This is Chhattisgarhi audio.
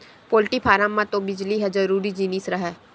पोल्टी फारम म तो बिजली ह जरूरी जिनिस हरय